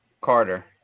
Carter